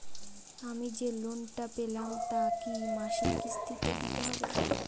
আমি যে লোন টা পেলাম তা কি মাসিক কিস্তি তে দিতে হবে?